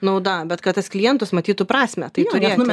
nauda bet kad tas klientas matytų prasmę tai turėtų